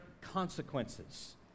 consequences